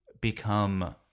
Become